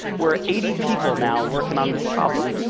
we're eighty people now working on this problem.